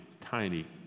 tiny